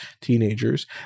teenagers